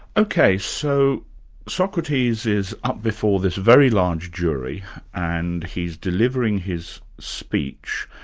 ok, so socrates is up before this very large jury and he's delivering his speech,